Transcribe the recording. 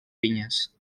vinyes